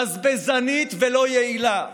בזבזנית ולא יעילה,